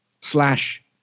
slash